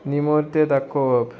निमोर्ते दाखोवप